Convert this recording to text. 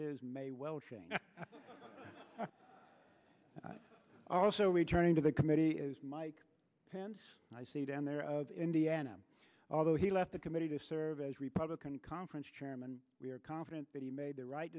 there is may well also returning to the committee is mike pence i see down there of indiana although he left the committee to serve as republican conference chairman we are confident that he made the right